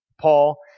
Paul